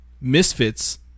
Misfits